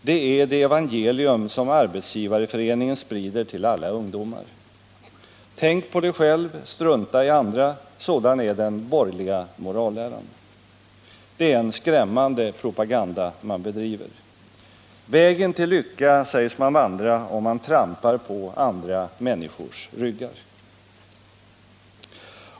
— det är det evangelium som Arbetsgivareföreningen sprider till alla ungdomar. Tänk på dig själv, strunta i andra! — sådan är den borgerliga moralläran. Det är en skrämmande propaganda man bedriver. Vägen till lycka sägs man vandra, om man trampar på andra människors ryggar.